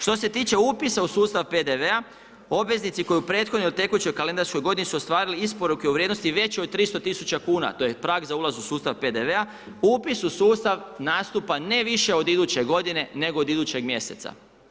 Što se tiče upisa u sustav PDV-a, obveznici koji u prethodnoj ili tekućoj kalendarskoj godini su ostvarili isporuke u vrijednosti većoj od 300 tisuća kuna, to je prag za ulaz u sustav PDV-a, upis u sustav nastupa ne više od iduće godine, nego od idućeg mjeseca.